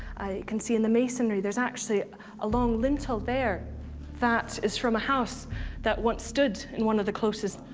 you can see in the masonry there's actually a long lintel there that is from a house that once stood in one of the closes.